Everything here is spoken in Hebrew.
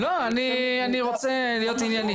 אני רוצה להיות ענייני.